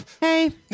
hey